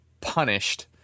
punished